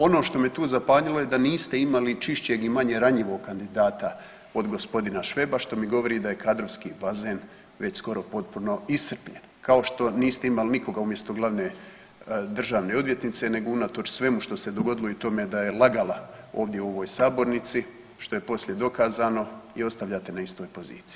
Ono što me tu zapanjilo je da niste imali čišćenje manje ranjivog kandidata od g. Šveba što mi govori da je kadrovski bazen već skoro potpuno iscrpljen, kao što niste imali nikoga umjesto glavne državne odvjetnice nego unatoč svemu što se dogodilo i tome da je lagala ovdje u ovoj sabornici, što je poslije dokazano i ostajete na istoj poziciji.